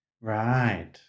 right